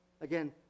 Again